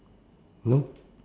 no